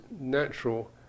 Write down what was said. natural